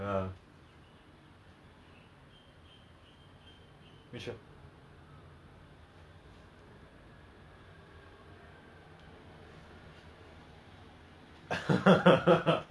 !wah! my my H_D_B right the only notice you see it's you know [what] or not from the C_C from the government this COVID notice this notice that notice ah all these birthday notice all I don't have